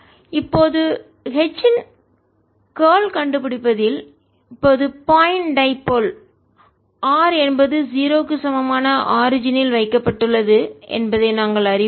M0 இப்போது H இன் curl கண்டுபிடிப்பதில் இப்போதுபாயிண்ட் டைபோல் இருமுனை r என்பது 0 க்கு சமமான ஆரிஜினில்தோற்றத்தில் வைக்கப்பட்டுள்ளது என்பதை நாங்கள் அறிவோம்